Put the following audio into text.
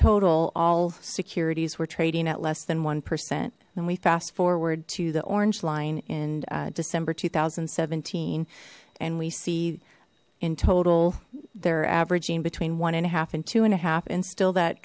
total all securities were trading at less than one percent when we fast forward to the orange line in december two thousand and seventeen and we see in total they're averaging between one and a half and two and a half and still that